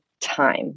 time